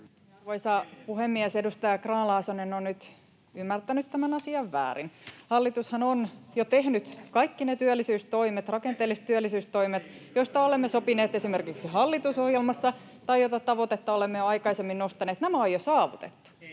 Arvoisa puhemies! Edustaja Grahn-Laasonen on nyt ymmärtänyt tämän asian väärin. Hallitushan on jo tehnyt kaikki ne rakenteelliset työllisyystoimet, joista olemme sopineet esimerkiksi hallitusohjelmassa tai joiden tavoitetta olemme jo aikaisemmin nostaneet. Nämä on jo saavutettu.